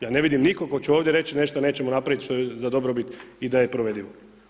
Ja ne vidim nikoga tko će ovdje reći nešto nećemo napraviti za dobrobit i da je provedivo.